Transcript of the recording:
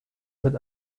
mit